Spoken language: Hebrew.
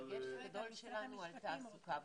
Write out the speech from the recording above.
אבל הדגש הגדול שלנו על תעסוקה וחינוך.